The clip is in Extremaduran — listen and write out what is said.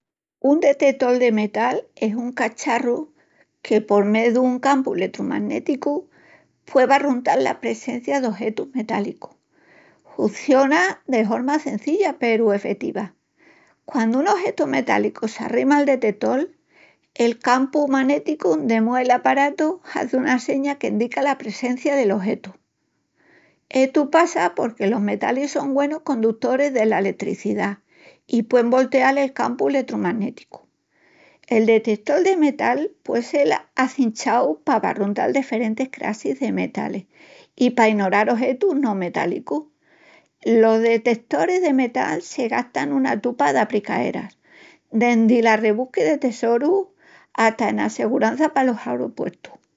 Un detetol de metal es un cacharru que por mé dun campu letrumanéticu pué barruntal la presencia d'ojetus metálicus. Hunciona de horma cenzilla peru efetiva. Quandu un ojetu metálicu s'arrima al detetol, el campu manéticu demúa i'l aparatu hazi una seña qu'endica la presencia del ojetu. Estu pasa porque los metalis son güenus condutoris dela letricidá i puein volteal el campu letrumanéticu. El detetol de metal pue sel acinchau pa barruntal deferentis crassis de metalis i pa inoral ojetus no metálicus. Los detetoris de metal se gastan nuna güena tupa d'apricaeras, dendi l'arrebusqui de tesorus ata ena segurança palos aropuertus.